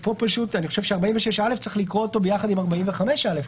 אני חושב שאת סעיף 46(א) צריך לקרוא ביחד עם סעיף 45(א).